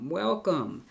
welcome